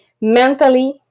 mentally